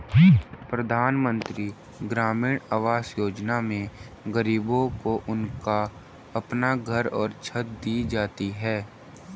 प्रधानमंत्री ग्रामीण आवास योजना में गरीबों को उनका अपना घर और छत दी जाती है